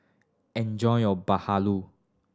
enjoy your bahalu